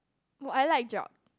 oh I like Geog